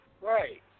right